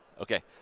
Okay